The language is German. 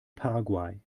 paraguay